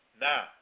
Now